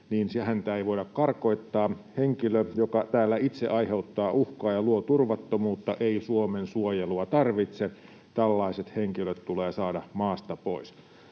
niin häntä ei voida karkottaa. Henkilö, joka täällä itse aiheuttaa uhkaa ja luo turvattomuutta, ei Suomen suojelua tarvitse. Tällaiset henkilöt tulee saada maasta pois,